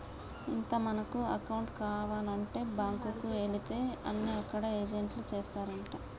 ఇంత మనకు అకౌంట్ కావానంటే బాంకుకు ఎలితే అన్ని అక్కడ ఏజెంట్లే చేస్తారంటా